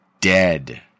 dead